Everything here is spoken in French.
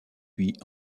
lui